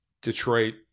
Detroit